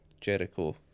Jericho